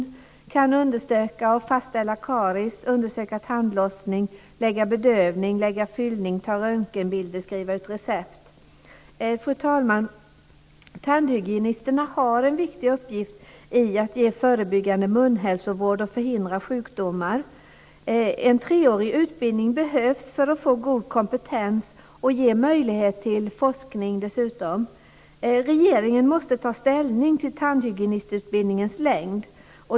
De kan undersöka och fastställa karies, undersöka tandlossning, lägga bedövning, lägga fyllning, ta röntgenbilder och skriva ut recept. Fru talman! Tandhygienisterna har en viktig uppgift i att ge en förebyggande munhälsovård och förhindra sjukdomar. En treårig utbildning behövs för att få god kompetens och dessutom för att ge möjlighet till forskning. Regeringen måste ta ställning till tandhygienistutbildningens längd.